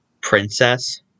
princess